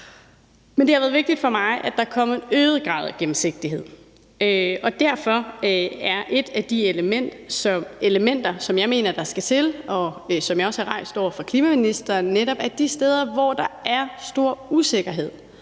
sendes har været vigtigt for mig, at der kom en øget grad af gennemsigtighed, og derfor er et af de elementer, som jeg mener der skal til, og som jeg også har rejst over for klimaministeren, at netop der, hvor der er stor usikkerhed